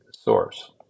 source